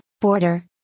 border